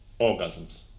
Orgasms